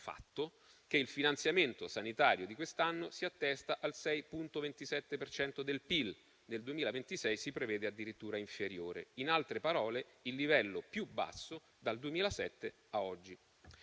ossia che il finanziamento sanitario di quest'anno si attesta al 6,27 per cento del PIL e nel 2026 si prevede addirittura inferiore, in altre parole, il livello più basso dal 2007 a oggi.